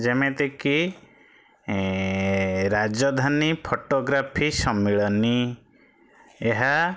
ଯେମିତିକି ରାଜଧାନୀ ଫଟୋଗ୍ରାଫି ସମ୍ମିଳନୀ ଏହା